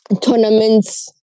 tournaments